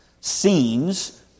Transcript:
scenes